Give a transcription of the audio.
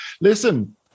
listen